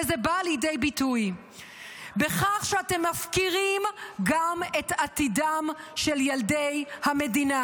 וזה בא לידי ביטוי בכך שאתם מפקירים גם את עתידם של ילדי המדינה,